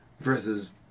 versus